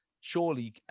surely